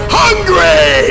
hungry